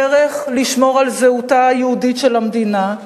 הדרך לשמור על זהותה היהודית של המדינה,